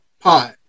pot